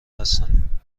هستند